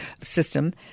system